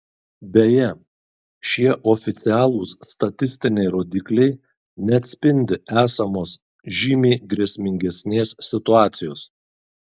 beje šie oficialūs statistiniai rodikliai neatspindi esamos žymiai grėsmingesnės situacijos